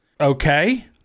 Okay